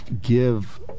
give